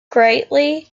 greatly